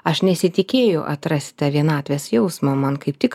aš nesitikėjau atrast tą vienatvės jausmą man kaip tik